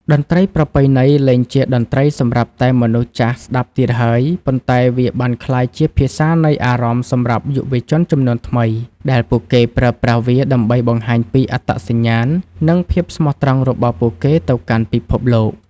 តន្ត្រីប្រពៃណី លែងជាតន្ត្រីសម្រាប់តែមនុស្សចាស់ស្ដាប់ទៀតហើយ ប៉ុន្តែវាបានក្លាយជាភាសានៃអារម្មណ៍សម្រាប់យុវជនជំនាន់ថ្មី ដែលពួកគេប្រើប្រាស់វាដើម្បីបង្ហាញពីអត្តសញ្ញាណ និងភាពស្មោះត្រង់របស់ពួកគេទៅកាន់ពិភពលោក។